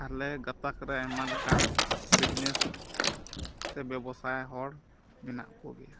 ᱟᱞᱮ ᱜᱟᱛᱟᱠ ᱨᱮᱱ ᱟᱭᱢᱟ ᱞᱮᱠᱟᱱ ᱵᱤᱡᱽᱱᱮᱥ ᱥᱮ ᱵᱮᱵᱽᱥᱟᱭ ᱦᱚᱲ ᱢᱮᱱᱟᱜ ᱠᱚᱜᱮᱭᱟ